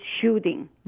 shooting